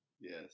Yes